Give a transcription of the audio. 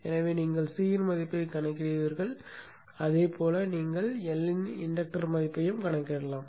எனவே நீங்கள் C இன் மதிப்பைக் கணக்கிடுவீர்கள் அதேபோல் நீங்கள் L இன் இன்க்டர் மதிப்பையும் கணக்கிடலாம்